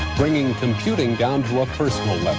bringing computing down to a personal